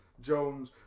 Jones